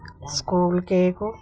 school cake